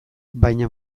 baina